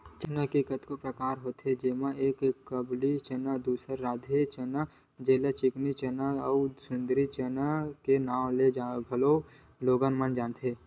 चना के कतको परकार होथे जेमा एक काबुली चना, दूसर राधे चना जेला चिकनी चना अउ सुंदरी चना के नांव ले घलोक लोगन जानथे